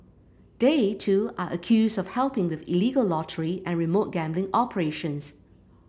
they too are accused of helping with illegal lottery and remote gambling operations